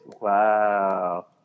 Wow